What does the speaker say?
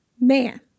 Man